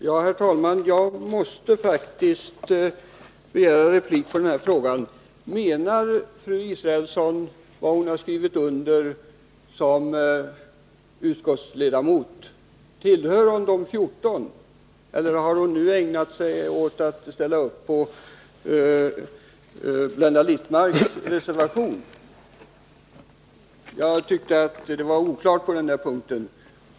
Herr talman! Jag måste faktiskt begära replik. Menar fru Israelsson allvar med vad hon skrivit under som utskottsledamot? Tillhör hon de 14 eller ställer hon sig nu bakom Blenda Littmarcks reservation? Jag tycker att det råder oklarhet på den punkten.